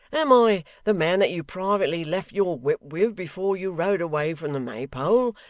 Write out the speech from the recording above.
am i the man that you privately left your whip with before you rode away from the maypole,